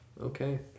okay